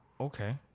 Okay